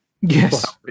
Yes